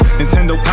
Nintendo